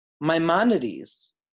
Maimonides